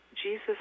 Jesus